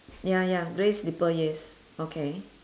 ya ya grey slipper yes okay